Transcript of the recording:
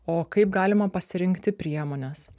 o kaip galima pasirinkti priemones